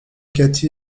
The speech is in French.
kathy